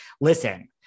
Listen